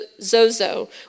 zozo